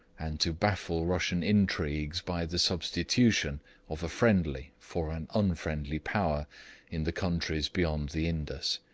and to baffle russian intrigues by the substitution of a friendly for an unfriendly power in the countries beyond the indus.